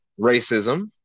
racism